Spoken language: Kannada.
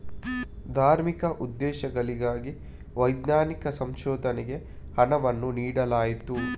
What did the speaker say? ಧಾರ್ಮಿಕ ಉದ್ದೇಶಗಳಿಗಾಗಿ ವೈಜ್ಞಾನಿಕ ಸಂಶೋಧನೆಗೆ ಹಣವನ್ನು ನೀಡಲಾಯಿತು